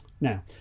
Now